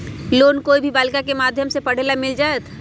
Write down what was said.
Loan कोई भी बालिका के माध्यम से पढे ला मिल जायत?